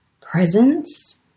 presence